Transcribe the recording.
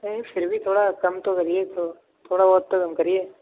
نہیں پھر بھی تھوڑا کم تو کریے تو تھوڑا بہت تو کم کرئیے